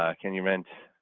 ah can you rent